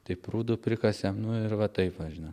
tai prūdų prikasėm nu ir va taip va žinai